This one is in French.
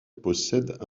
possèdent